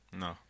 No